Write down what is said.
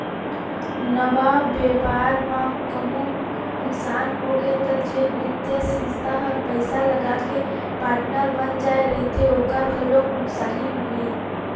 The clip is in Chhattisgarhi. नवा बेपार म कहूँ नुकसानी होगे त जेन बित्तीय संस्था ह पइसा लगाके पार्टनर बन जाय रहिथे ओखर घलोक नुकसानी होही